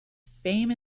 fame